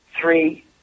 three